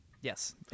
Yes